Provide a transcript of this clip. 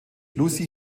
lucy